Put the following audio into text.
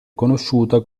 conosciuta